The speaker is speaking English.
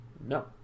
no